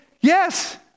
Yes